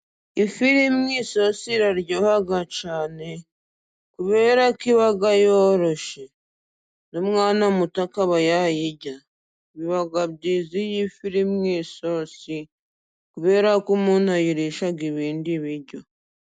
Ifi iri mu isosi iraryohaha cyane, kubera ko iba yoroshe n'umwana muto akakaba yayirya biba byiza iyo ifi iri mu isosi kubera ko umuntu ayirisha ibindi biryo.